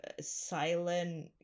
silent